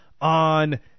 on